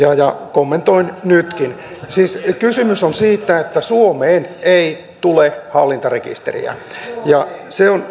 kommentoin nytkin siis kysymys on siitä että suomeen ei tule hallintarekisteriä se